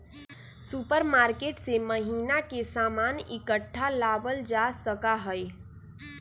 supermarket से महीना के सामान इकट्ठा लावल जा सका हई